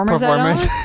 performers